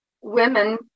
Women